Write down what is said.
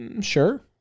Sure